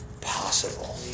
possible